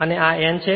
અને આ N છે